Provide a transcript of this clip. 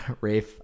Rafe